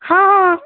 ହଁ ହଁ